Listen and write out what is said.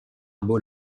bowl